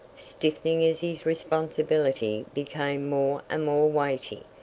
stiffening as his responsibility became more and more weighty.